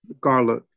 garlic